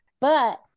But-